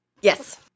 yes